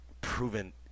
proven